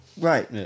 right